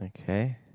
Okay